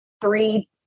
three